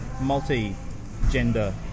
Multi-gender